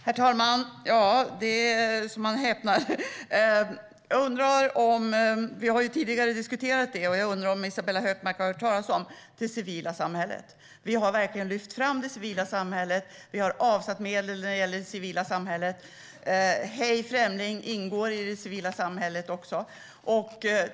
Herr talman! Det är så att man häpnar. Vi har tidigare diskuterat det civila samhället, och jag undrar om Isabella Hökmark har hört talas om det. Vi har verkligen lyft fram det civila samhället, och vi har avsatt medel när det gäller det civila samhället. Hej främling! ingår också i det civila samhället.